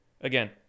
Again